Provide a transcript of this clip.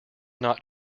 not